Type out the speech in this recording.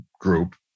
group